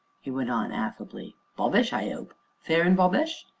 he went on affably, bobbish, i ope fair an bobbish?